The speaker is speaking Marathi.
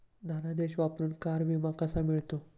धनादेश वापरून कार विमा कसा मिळतो?